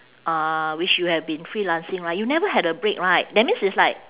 uh which you have been freelancing right you never had a break right that means it's like